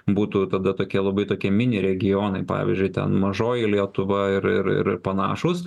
būtų tada tokie labai tokie mini regionai pavyzdžiui ten mažoji lietuva ir ir ir panašūs